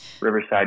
Riverside